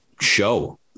show